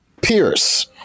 Pierce